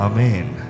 Amen